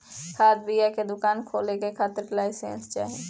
खाद बिया के दुकान खोले के खातिर लाइसेंस चाही